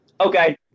okay